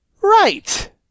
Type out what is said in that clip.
Right